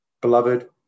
beloved